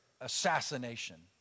assassination